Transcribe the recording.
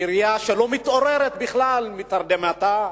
עירייה שלא מתעוררת בכלל מתרדמתה.